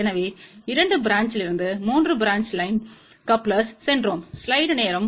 எனவே இரண்டு பிரான்ச் யிலிருந்து 3 பிரான்ச் லைன் கப்லெர்ஸ்ற்குச் சென்றோம்